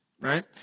right